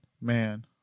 man